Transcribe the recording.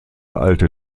alte